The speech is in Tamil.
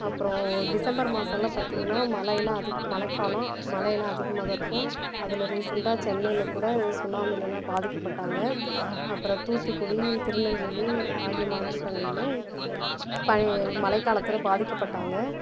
அப்புறோம் டிசம்பர் மாசமெலாம் பார்த்தீங்னா மழையெல்லாம் அதிகம் மழைக்காலம் மழையெல்லாம் அதிகமாக தான் இருக்கும் அதில் ரீசன்ட்டாக சென்னையில் கூட ஏதோ சுனாமியெல்லாம் பாதிக்கப்பட்டாங்க அப்புறோம் தூத்துக்குடி திருநெல்வேலி ஆகிய மாவட்டங்களிலும் பழைய மழைக்காலத்தில் பாதிக்கப்பட்டாங்க